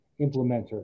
implementer